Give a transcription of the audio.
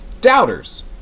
doubters